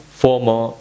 former